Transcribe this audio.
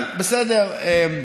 אבל בסדר,